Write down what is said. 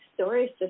stories